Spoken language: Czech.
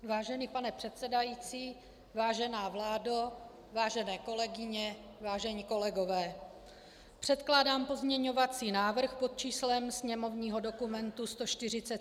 Vážený pane předsedající, vážená vládo, vážené kolegyně, vážení kolegové, předkládám pozměňovací návrh pod číslem sněmovního dokumentu 147.